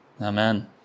amen